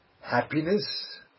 happiness